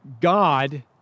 God